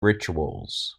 rituals